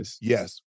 Yes